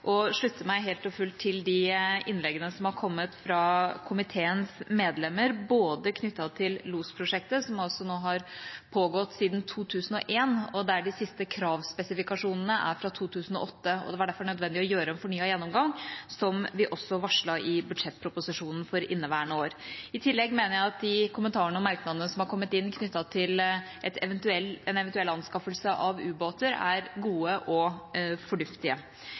og slutte meg fullt og helt til de innleggene som har kommet fra komiteens medlemmer knyttet til Losprosjektet, som har pågått siden 2001, der de siste kravspesifikasjonene er fra 2008. Det var derfor nødvendig å gjøre en fornyet gjennomgang, som vi også varslet i budsjettproposisjonen for inneværende år. I tillegg mener jeg at de kommentarene og merknadene som har kommet inn knyttet til en eventuell anskaffelse av ubåter, er gode og fornuftige.